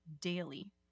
daily